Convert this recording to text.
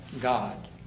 God